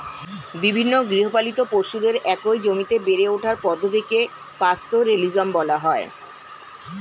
বিভিন্ন গৃহপালিত পশুদের একই জমিতে বেড়ে ওঠার পদ্ধতিকে পাস্তোরেলিজম বলা হয়